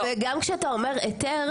גם כשאתה אומר היתר,